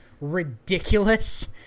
ridiculous